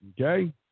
Okay